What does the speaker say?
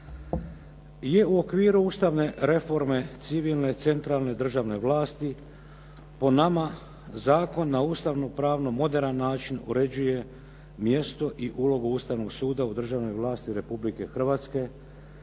je u okviru ustavne reforme civilne centralne državne vlasti. Po nama zakon na ustavno pravni moderan način uređuje mjesto i ulogu Ustavnog suda u državnoj vlasti Republike Hrvatske.